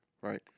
right